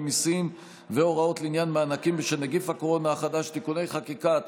מיסים והוראות לעניין מענקים בשל נגיף הקורונה החדש (תיקוני חקיקה),